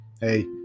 hey